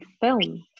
film